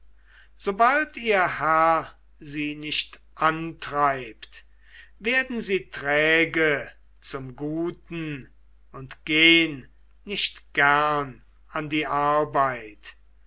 sobald ihr herr sie nicht antreibt werden sie träge zum guten und gehn nicht gern an die arbeit